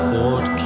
Fort